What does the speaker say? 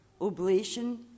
Oblation